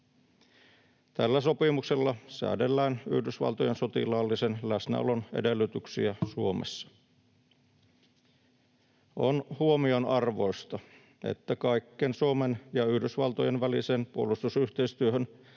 Tällä sopimuksella säädellään Yhdysvaltojen sotilaallisen läsnäolon edellytyksiä Suomessa. On huomionarvoista, että kaikkeen Suomen ja Yhdysvaltojen väliseen puolustusyhteistyöhön